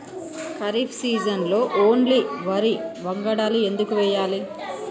ఖరీఫ్ సీజన్లో ఓన్లీ వరి వంగడాలు ఎందుకు వేయాలి?